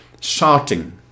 shouting